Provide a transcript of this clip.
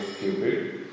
Cupid